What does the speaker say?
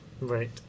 Right